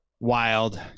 Wild